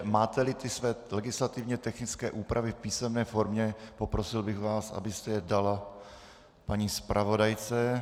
Máteli své legislativně technické úpravy v písemné formě, poprosil bych vás, abyste je dal paní zpravodajce.